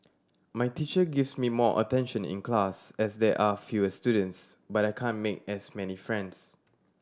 my teacher gives me more attention in class as there are fewer students but I can't make as many friends